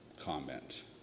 comment